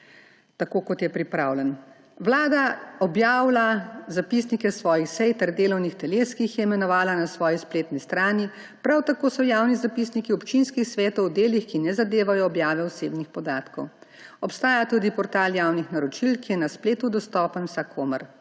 in nepotreben. Vlada objavlja zapisnike svojih sej ter delovnih teles, ki jih je imenovala na svoji spletni strani. Prav tako so javni zapisniki občinskih svetov v delih, ki ne zadevajo objave osebnih podatkov. Obstaja tudi portal javnih naročil, ki je na spletu dostopen vsakomur.